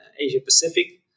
Asia-Pacific